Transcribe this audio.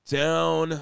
down